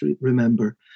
remember